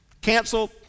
Cancel